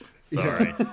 sorry